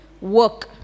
work